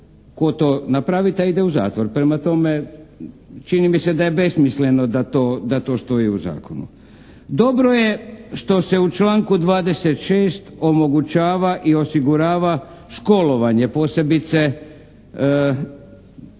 Tko to napravi taj ide u zatvor. Prema tome, čini mi se da je besmisleno da to stoji u zakonu. Dobro je što se u članku 26. omogućava i osigurava školovanje posebice osnovno